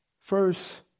First